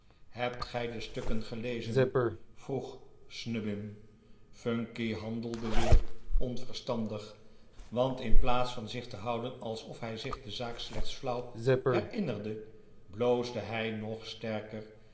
hebt gij de stukken gelezen vroeg snubbin phunky handelde weer onverstandig want in plaats van zich te houden alsof hij zich de zaak slechts flauw herinnerde bloosde hij nog sterker